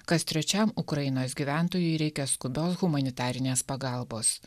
kas trečiam ukrainos gyventojui reikia skubios humanitarinės pagalbos